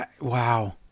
wow